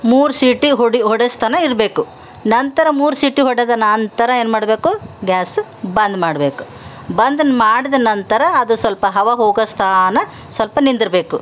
ಮೂರು ಸೀಟಿ ಹೊಡಿ ಹೊಡೆಸ್ತನ ಇರಬೇಕು ನಂತರ ಮೂರು ಸೀಟಿ ಹೊಡೆದ ನಂತರ ಏನ್ಮಾಡಬೇಕು ಗ್ಯಾಸ್ ಬಂದ್ ಮಾಡಬೇಕು ಬಂದನ್ನ ಮಾಡಿದ ನಂತರ ಅದು ಸ್ವಲ್ಪ ಹವ ಹೋಗಿಸ್ತಾನ ಸ್ವಲ್ಪ ನಿಂದಿರಬೇಕು